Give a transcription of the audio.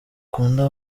akunda